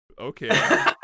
Okay